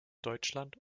deutschland